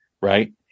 right